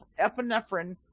epinephrine